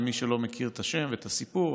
למי שלא מכיר את השם ואת הסיפור,